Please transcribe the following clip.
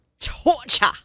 torture